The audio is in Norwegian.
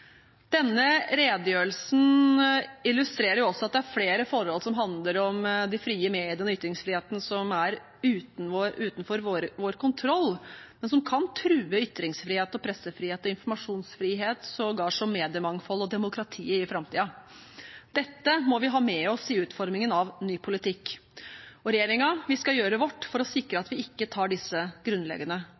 Denne redegjørelsen illustrerer også at det er flere forhold som handler om de frie mediene og ytringsfriheten som er utenfor vår kontroll, men som kan true ytringsfrihet, pressefrihet og informasjonsfrihet sågar som mediemangfold og demokratiet i framtiden. Dette må vi ha med oss i utformingen av ny politikk, og vi i regjeringen skal gjøre vårt for å sikre at vi ikke tar disse grunnleggende